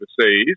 overseas